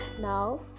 now